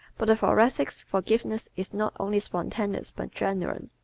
but the thoracic's forgiveness is not only spontaneous but genuine.